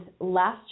Last